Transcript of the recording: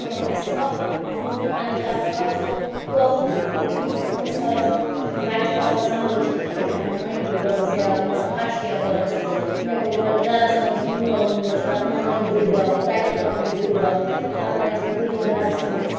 مَطلَب اسہِ اَکھ سوٗزمُت پَننہِ طرفہٕ اَکھ سُہ طوفہٕ ہِیوٗ مَطلَب یُس نہٕ أسۍآز بَچہٕ آز سَمبٲلِتھ چھِ تِتھ پٲٹھۍ ہیکان نانہِ بٕڈبَبَس مَطلَب یا مَطلب ہَشہِ ہِحٮ۪ر بابَس مےٚ گو گۄڈٕ گَرَس منٛز مول موج پَتہٕ نانۍ بٕڈبَب تَتِیُک نانۍ بٕڈبَب پتہٕ آیَس بہٕ وٲرِو گَرَس منٛز